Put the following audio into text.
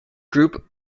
group